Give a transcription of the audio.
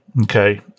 okay